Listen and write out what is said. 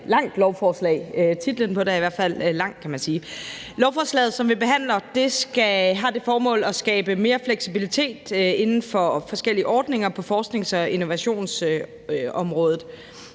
en lang titel på lovforslaget her, kan man sige. Lovforslaget, som vi behandler, har det formål at skabe mere fleksibilitet inden for forskellige ordninger på forsknings- og innovationsområdet.